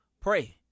pray